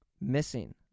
missing